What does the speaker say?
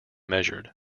measured